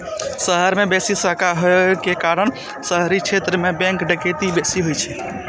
शहर मे बेसी शाखा होइ के कारण शहरी क्षेत्र मे बैंक डकैती बेसी होइ छै